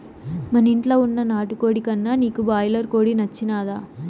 మనింట్ల వున్న నాటుకోడి కన్నా నీకు బాయిలర్ కోడి నచ్చినాదా